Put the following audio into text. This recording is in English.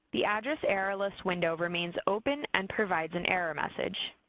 the address error list window remains open and provides an error message.